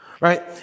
right